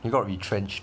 he got retrenched